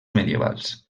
medievals